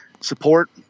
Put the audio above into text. support